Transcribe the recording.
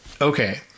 Okay